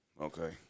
Okay